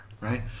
right